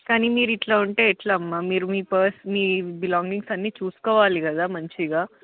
కానీ మీరు ఇట్ల ఉంటే ఎట్ల అమ్మ మీరు మీ పర్స్ మీ బిలాంగింగ్స్ అన్ని చూసుకోవాలి కదా మంచిగా